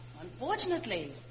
Unfortunately